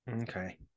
Okay